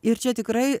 ir čia tikrai